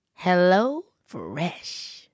HelloFresh